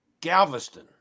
Galveston